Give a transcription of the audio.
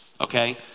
okay